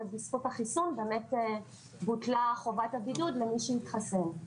ובזכות החיסון באמת בוטלה חובת הבידוד למי שהתחסן.